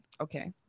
Okay